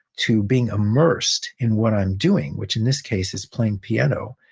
to being immersed in what i'm doing, which in this case is playing piano,